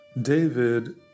David